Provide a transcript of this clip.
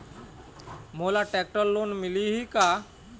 मोला tractor loan मिलही का?